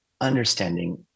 understanding